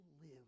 live